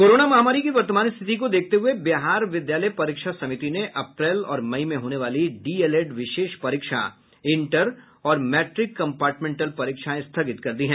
corona महामारी की वर्तमान स्थिति को देखते हुये बिहार विद्यालय परीक्षा समिति ने अप्रैल और मई में होने वाली डीएलएड विशेष परीक्षा इंटर और मैट्रिक कम्पार्टमेंटल परीक्षाएं स्थगित कर दी है